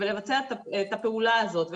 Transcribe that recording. ולבצע את הפעולה הזאת.